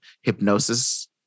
hypnosis